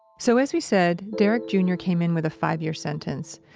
so, as we said, derrick jr and jr came in with a five-year sentence.